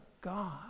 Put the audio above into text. God